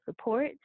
support